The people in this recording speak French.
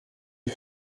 les